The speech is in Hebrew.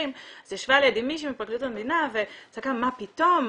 אז ישבה לידי מישהי מפרקליטות המדינה וצעקה: "מה פתאום,